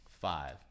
five